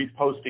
reposting